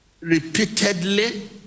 repeatedly